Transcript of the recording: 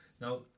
Now